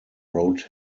wrote